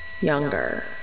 younger